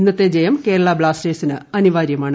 ഇന്നത്തെ ജയം കേരള ബ്ലാസ്റ്റേഴ്സിന് അനിവാര്യമാണ്